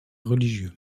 religieux